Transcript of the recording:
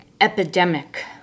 epidemic